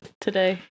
today